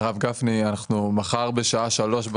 הרב גפני, אנחנו מחר בשעה 15:00 בוועדה.